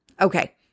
Okay